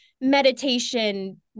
meditation